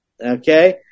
Okay